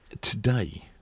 today